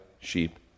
sheep